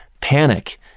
panic